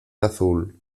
azul